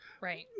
Right